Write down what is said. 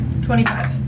Twenty-five